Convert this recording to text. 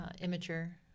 immature